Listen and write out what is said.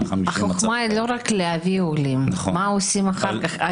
החוכמה היא לא רק להביא עולים, מה עושים אחר כך.